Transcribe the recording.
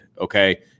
okay